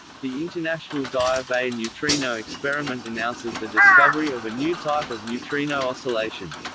the international daya bay neutrino experiment announces the discovery of a new type of neutrino oscillation.